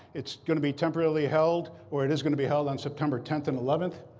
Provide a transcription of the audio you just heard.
it's going to be temporarily held or it is going to be held on september ten and eleven.